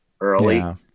Early